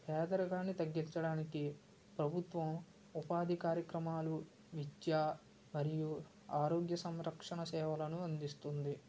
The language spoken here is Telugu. పేదరికాన్ని తగ్గించడానికి ప్రభుత్వం ఉపాధి కార్యక్రమాలు విద్య మరియు ఆరోగ్య సంరక్షణ సేవలను అందిస్తుంది